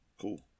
cool